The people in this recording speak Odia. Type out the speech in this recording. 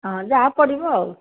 ହଁ ଯାହା ପଡ଼ିବ ଆଉ